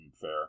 Fair